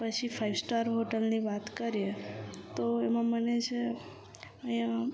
પછી five star હોટલની વાત કરીએ તો તો એમાં મને જે અહીંયા